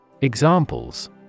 Examples